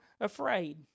afraid